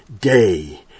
day